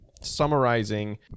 summarizing